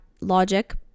logic